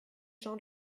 jean